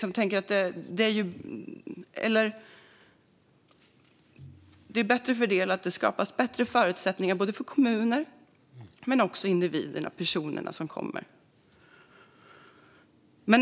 Om de är bättre fördelade skapas bättre förutsättningar både för kommuner och för de personer som kommer.